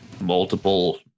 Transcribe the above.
multiple